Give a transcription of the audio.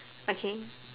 okay